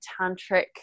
tantric